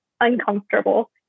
uncomfortable